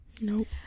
Nope